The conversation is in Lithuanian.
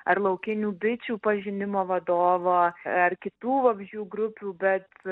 ar laukinių bičių pažinimo vadovo ar kitų vabzdžių grupių bet